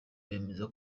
bemeza